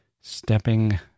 stepping